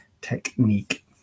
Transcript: technique